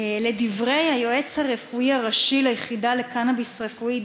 לדברי היועץ הרפואי הראשי ליחידה לקנאביס רפואי,